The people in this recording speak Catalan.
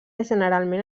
generalment